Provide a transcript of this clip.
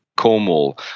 Cornwall